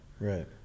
Right